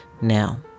now